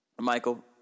Michael